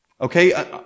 Okay